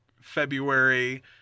February